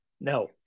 no